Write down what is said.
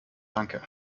danke